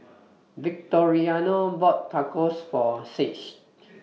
Victoriano bought Tacos For Saige